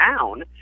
down